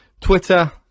twitter